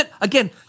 Again